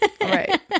Right